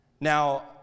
Now